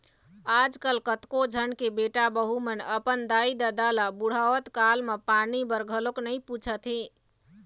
आजकल कतको झन के बेटा बहू मन अपन दाई ददा ल बुड़हत काल म पानी बर घलोक नइ पूछत हे